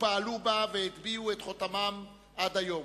פעלו בה והטביעו את חותמם עד היום,